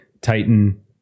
Titan